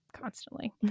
constantly